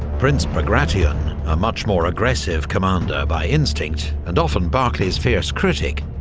prince bagration, a much more aggressive commander by instinct, and often barclay's fierce critic,